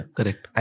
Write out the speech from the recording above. Correct